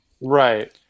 Right